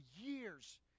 years